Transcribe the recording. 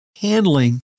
handling